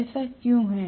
ऐसा क्यों है